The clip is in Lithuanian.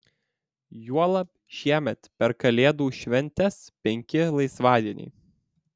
juolab šiemet per kalėdų šventes penki laisvadieniai